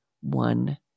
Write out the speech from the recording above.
one